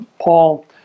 Paul